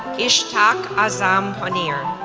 ishtyaq azam ponir,